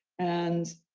and,